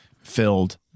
filled